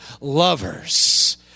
lovers